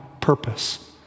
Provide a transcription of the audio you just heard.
Purpose